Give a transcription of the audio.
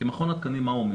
כי מכון התקנים מה אומר?